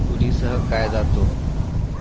पुरीसह काय जातो